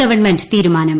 government തീരുമാനം